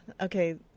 Okay